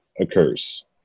occurs